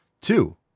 Two